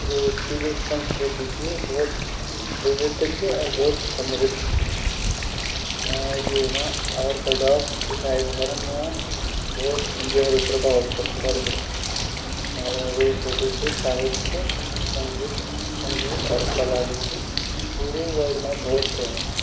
रूस की जु संस्कृति ची उ भोत विविद ची अर भोत समृद्ध ची येमा ऑर्थोडॉक्स ईसाई धर्मो भोत गेहरू प्रभाव पड़दू अर रूसे जु ची साहित्य, संगीत अर कला जु ची पूरा वर्ल्ड मा भोत फेमस ची।